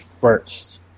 first